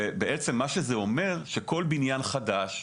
מה שזה אומר זה שכל בניין חדש,